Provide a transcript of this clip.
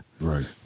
Right